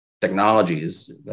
technologies